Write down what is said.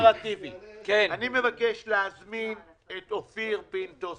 אני מבקש להזמין את אופיר פינטו,